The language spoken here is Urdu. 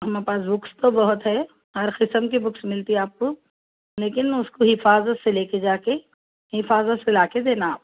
ہمارے پاس تو بکس بہت ہے ہر قسم کی بکس ملتی آپ کو لیکن اس کو حفاظت سے لے کے جا کے حفاظت سے لا کے دینا آپ